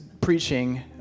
preaching